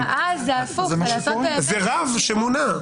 זה רב שמונה.